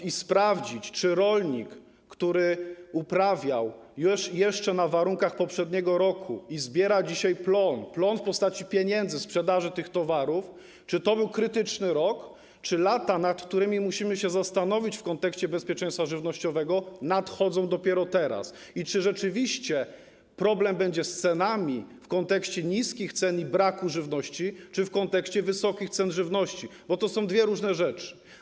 Trzeba sprawdzić w przypadku rolnika, który uprawiał jeszcze w warunkach poprzedniego roku i zbiera dzisiaj plon, plon w postaci pieniędzy, sprzedaży tych towarów, czy to był krytyczny rok, czy te lata, nad którymi musimy się zastanowić w kontekście bezpieczeństwa żywnościowego, nadchodzą dopiero teraz, czy rzeczywiście będzie problem z cenami w kontekście niskich cen i braku żywności czy w kontekście wysokich cen żywności, bo to są dwie różne rzeczy.